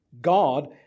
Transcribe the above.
God